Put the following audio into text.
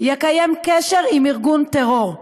יקיים קשר עם ארגון טרור.